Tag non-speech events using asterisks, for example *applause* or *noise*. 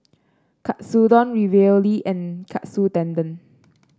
Katsudon Ravioli and Katsu Tendon *noise*